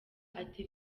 ati